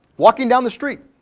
walking down the street.